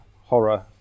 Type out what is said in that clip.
Horror